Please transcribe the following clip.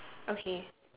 okay